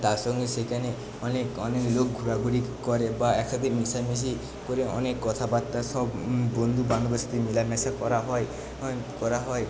তারসঙ্গে সেইখানে অনেক অনেক লোক ঘোরাঘুরি করে বা একাধিক মেশামেশি করে অনেক কথাবার্তা সব বন্ধুবান্ধবের সাথে মেলামেশা করা হয় হয় করা হয়